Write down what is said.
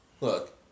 Look